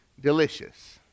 delicious